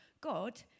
God